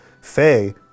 Faye